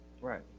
Right